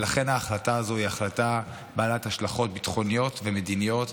ולכן ההחלטה הזו היא החלטה בעלת השלכות ביטחוניות ומדיניות,